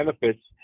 benefits